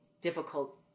difficult